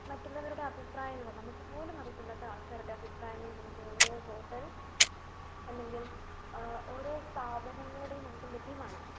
മറ്റുള്ളവരുടെ അഭിപ്രായങ്ങൾ നമുക്ക് പോലും അറിയത്തില്ലാത്ത ആൾക്കാരുടെ അഭിപ്രായങ്ങൾ നമുക്ക് ഓരോ ഹോട്ടൽ അല്ലെങ്കിൽ ഓരോ സ്ഥാപനങ്ങളുടെയും നമുക്ക് ലഭ്യമാണ്